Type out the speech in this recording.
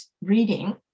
reading